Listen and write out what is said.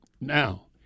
Now